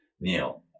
Neil